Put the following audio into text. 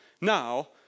Now